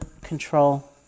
control